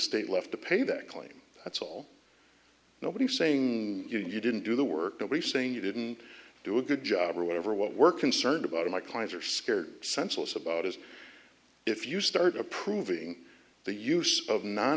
estate left to pay that claim that's all nobody is saying you didn't do the work and we saying you didn't do a good job or whatever what we're concerned about of my clients are scared senseless about is if you start approving the use of non